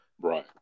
Right